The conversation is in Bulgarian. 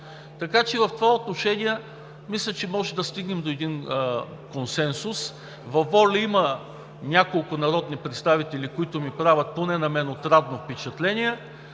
Така че в това отношение мисля, че може да стигнем до консенсус. Във ВОЛЯ има няколко народни представители, които ми правят поне на мен отрадно впечатление,